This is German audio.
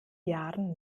jahren